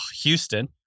Houston